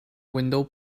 window